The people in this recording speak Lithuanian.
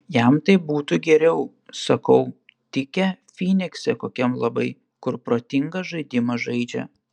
jam tai būtų geriau sakau tikę fynikse kokiam labai kur protinga žaidimą žaidžia